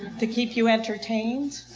to keep you entertained.